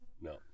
No